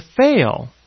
fail